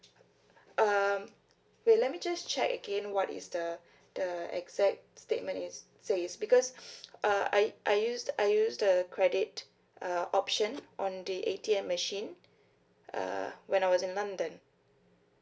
um wait let me just check again what is the the the exact statement it says because uh I I use I use the credit uh option on the A_T_M machine uh when I was in london